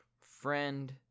friend